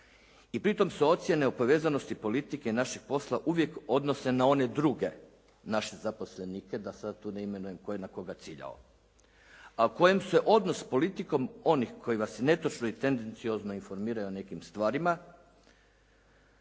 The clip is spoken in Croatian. i pritom su ocjene o povezanosti politike i našeg posla uvijek odnose na one druge naše zaposlenike, da sad tu ne imenujem tko je na koga ciljao a u kojem se odnos s politikom onih koji vas netočno i tendenciozno informiraju o nekim stvarima